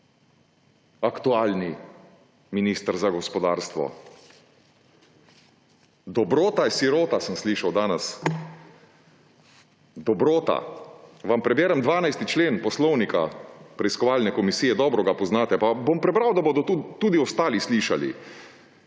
aktualni minister za gospodarstvo. Dobro je sirota, sem slišal danes. Dobrota. Vam preberem 12. člen poslovnika preiskovalne komisije, dobro ga poznate, pa ga bom prebral, da ga bodo tudi ostali slišali.